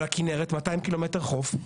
אבל הכינרת 200 ק"מ חוף.